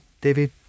David